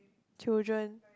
children